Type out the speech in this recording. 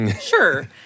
Sure